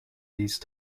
these